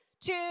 two